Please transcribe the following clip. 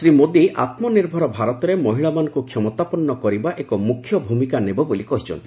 ଶ୍ରୀ ମୋଦୀ ଆତ୍ମନିର୍ଭର ଭାରତରେ ମହିଳାମାନଙ୍କୁ କ୍ଷମତାପନ୍ନ କରିବା ଏକ ମୁଖ୍ୟ ଭୂମିକା ନେବ ବୋଲି କହିଛନ୍ତି